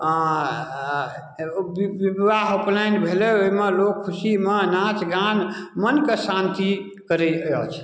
विवाह उपनायन भेलै ओहिमे लोक खुशीमे नाच गान मोन कऽ शान्ति करै अछि